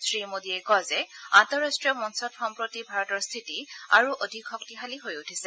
শ্ৰীমোদীয়ে কয় যে আন্তঃৰাষ্ট্ৰীয় মঞ্চত সম্প্ৰতি ভাৰতৰ স্থিতি আৰু অধিক শক্তিশালী হৈ উঠিছে